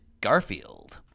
Garfield